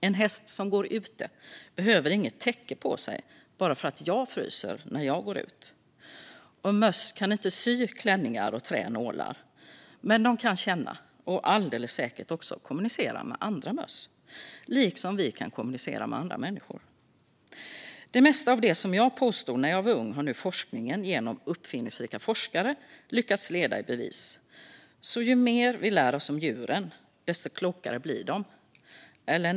En häst som går ute behöver inget täcke på sig bara för att jag fryser när jag går ut. Och möss kan inte sy klänningar och trä nålar, men de kan känna och alldeles säkert också kommunicera med andra möss, liksom vi kan kommunicera med andra människor. Det mesta av det som jag påstod när jag var ung har nu forskningen genom uppfinningsrika forskare lyckats leda i bevis. Så ju mer vi lär oss om djuren desto klokare blir de - eller?